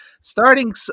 Starting